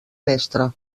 mestre